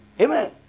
Amen